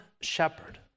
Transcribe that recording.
shepherd